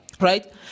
Right